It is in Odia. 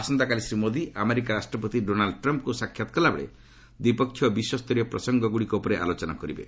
ଆସନ୍ତାକାଲି ଶ୍ରୀ ମୋଦି ଆମେରିକା ରାଷ୍ଟ୍ରପତି ଡୋନାଲ୍ଡ୍ ଟ୍ରମ୍ପ୍ଙ୍କୁ ସାକ୍ଷାତ୍ କଲାବେଳେ ଦ୍ୱିପକ୍ଷୀୟ ଓ ବିଶ୍ୱସ୍ତରୀୟ ପ୍ରସଙ୍ଗଗୁଡ଼ିକ ଉପରେ ଆଲୋଚନା କରିବେ